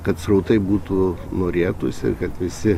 kad srautai būtų norėtųsi ir kad visi